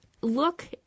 Look